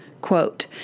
quote